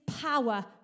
power